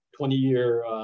20-year